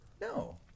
No